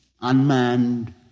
unmanned